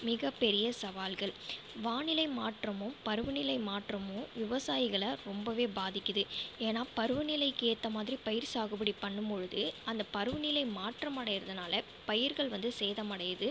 மிக பெரிய சவால்கள் வானிலை மாற்றமும் பருவநிலை மாற்றமும் விவசாயிகளை ரொம்பவே பாதிக்கிது ஏன்னால் பருவ நிலைக்கு ஏற்ற மாதிரி பயிர் சாகுபடி பண்ணும் பொழுது அந்த பருவ நிலை மாற்றம் அடைகிறதுனால பயிர்கள் வந்து சேதமடையிது